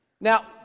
Now